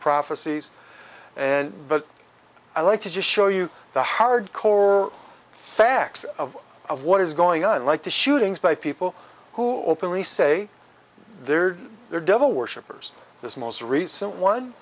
prophecies and but i like to just show you the hard core facts of of what is going on like the shootings by people who openly say there are devil worshippers this most recent